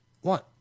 One